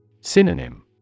Synonym